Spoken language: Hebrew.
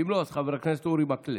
אם לא, אז חבר הכנסת אורי מקלב.